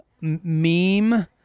meme